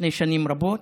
לפני שנים רבות,